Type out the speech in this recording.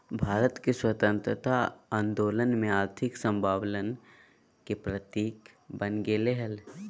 भारत के स्वतंत्रता आंदोलन में आर्थिक स्वाबलंबन के प्रतीक बन गेलय हल